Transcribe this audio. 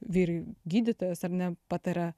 vyr gydytojas ar ne pataria